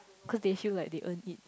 cause they feel like they earn it